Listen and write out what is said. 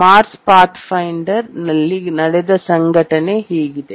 Mars ಪಾಥ್ಫೈಂಡರ್ನಲ್ಲಿ ನಡೆದ ಘಟನೆ ಹೀಗಿದೆ